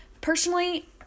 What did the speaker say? Personally